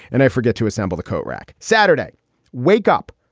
and i forget to assemble the coat rack. saturday wake up.